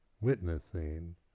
witnessing